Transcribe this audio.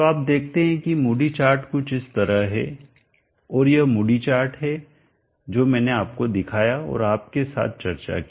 तो आप देखते हैं कि मूडी चार्ट कुछ इस तरह है और यह मूडी चार्ट है जो मैंने आपको दिखाया और आपके साथ चर्चा की